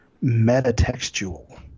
meta-textual